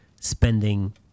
spending